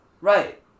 Right